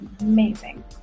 amazing